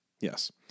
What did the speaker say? Yes